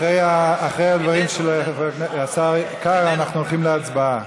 אחרי הדברים של השר קרא אנחנו הולכים להצבעה.